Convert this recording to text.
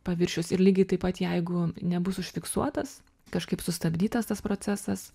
paviršiaus ir lygiai taip pat jeigu nebus užfiksuotas kažkaip sustabdytas tas procesas